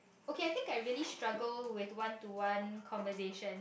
okay I think I really struggle with one to one conversation